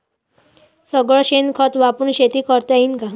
सगळं शेन खत वापरुन शेती करता येईन का?